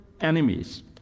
enemies